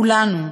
של כולנו,